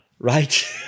Right